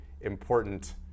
important